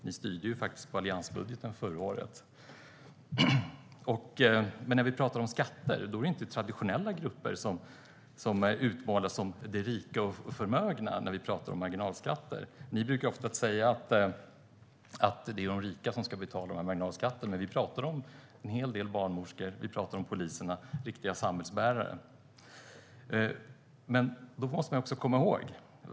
Ni styrde ju på alliansbudgeten förra året. När det gäller marginalskatter talar vi inte om den traditionella gruppen, de rika och förmögna. Ni brukar ju ofta säga att det är de rika som ska betala marginalskatt, men här talar vi om barnmorskor, poliser och andra samhällsbärare.